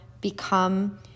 become